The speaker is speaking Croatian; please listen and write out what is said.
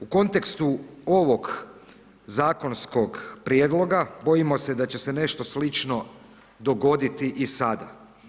U kontekstu ovog zakonskog prijedloga, bojimo se da će se nešto slično dogoditi i sada.